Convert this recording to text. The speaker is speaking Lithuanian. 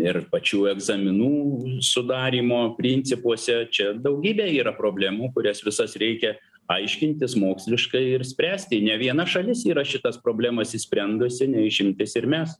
ir pačių egzaminų sudarymo principuose čia daugybė yra problemų kurias visas reikia aiškintis moksliškai ir spręsti ne viena šalis yra šitas problemas išsprendusi ne išimtis ir mes